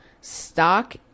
stock